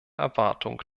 erwartung